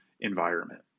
environment